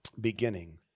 beginning